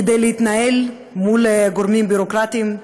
כדי להתנהל מול גורמים ביורוקרטיים,